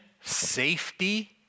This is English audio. safety